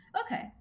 Okay